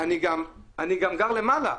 אני גר למעלה.